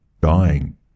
Dying